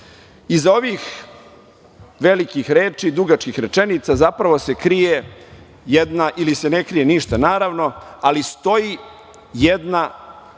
ovih velikih reči i dugačkih rečenica zapravo se krije ili se ne krije ništa, naravno, ali stoji jedna